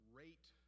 rate